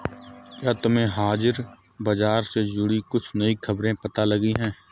क्या तुम्हें हाजिर बाजार से जुड़ी कुछ नई खबरें पता लगी हैं?